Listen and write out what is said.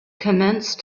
commenced